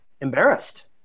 embarrassed